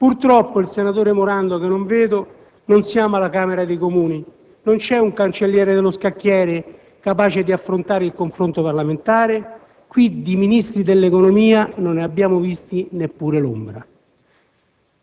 Purtroppo, senatore Morando, non siamo alla Camera dei comuni. Non c'è un cancelliere dello scacchiere capace di affrontare il confronto parlamentare. Qui di Ministri dell'Economia non abbiamo visto neppure l'ombra.